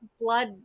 blood